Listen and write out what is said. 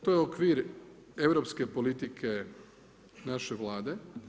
To je okvir europske politike naše Vlade.